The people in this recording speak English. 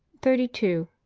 thirty two.